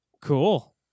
Cool